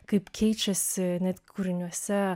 kaip keičiasi net kūriniuose